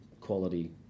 quality